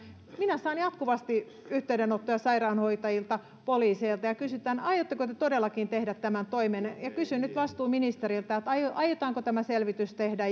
minä saan jatkuvasti yhteydenottoja sairaanhoitajilta poliiseilta ja niissä kysytään että aiotteko te todellakin tehdä tämän toimen ja kysyn nyt vastuuministeriltä aiotaanko tämä selvitys tehdä